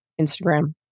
instagram